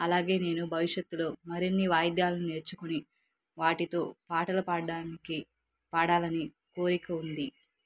అలాగే నేను భవిష్యత్తులో మరిన్ని వాయిద్యలు నేర్చుకుని వాటితో పాటలు పాడ్డానికి పాడాలని కోరిక ఉంది